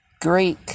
Greek